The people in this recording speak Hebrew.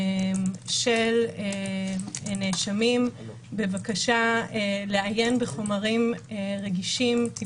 של נאשמים בבקשה לעיין בחומרים רגישים, טיפוליים,